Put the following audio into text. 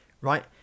right